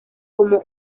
como